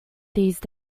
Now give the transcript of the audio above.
these